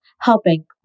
helping